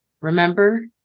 Remember